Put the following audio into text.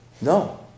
No